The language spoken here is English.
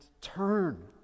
turn